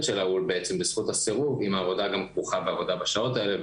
שלה הוא בעצם בזכות הסירוב אם העבודה גם כרוכה בעבודה בשעות האלה,